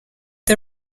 the